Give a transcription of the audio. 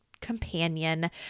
companion